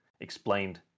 explained